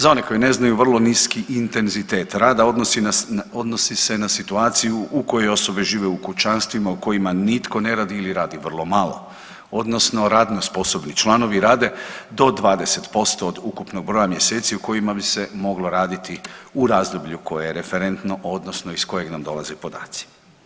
Za one koji ne znaju vrlo niski intenzitet rada odnosi se na situaciju u kojoj osobe žive u kućanstvima u kojima nitko ne radi ili radi vrlo malo odnosno radno sposobni članovi rade do 20% od ukupnog broja mjeseci u kojima bi se moglo raditi u razdoblju koje je referentno odnosno iz kojeg nam dolaze podaci.